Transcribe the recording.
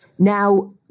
Now